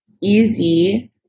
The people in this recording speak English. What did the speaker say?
easy